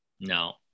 No